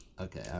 Okay